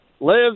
lives